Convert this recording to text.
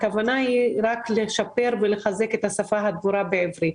הכוונה היא לשפר ולחזק את השפה הדבורה בעברית.